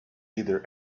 either